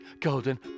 golden